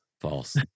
False